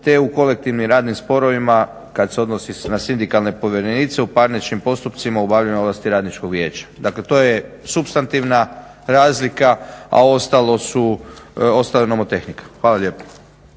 te u kolektivnim radnim sporovima kad se odnosi na sindikalne povjerenice u parničnim postupcima o obavljanju ovlasti radničkog vijeća. Dakle, to je supstantivna razlika a ostalo je nomotehnika. Hvala lijepo.